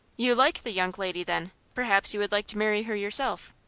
you like the young lady, then? perhaps you would like to marry her yourself?